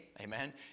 amen